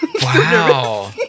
Wow